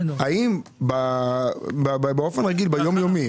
האם באופן רגיל ויום-יומי,